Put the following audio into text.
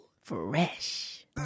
Fresh